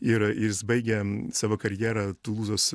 ir jis baigė savo karjerą tulūzos